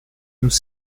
nous